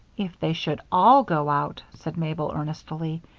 if they should all go out, said mabel, earnestly,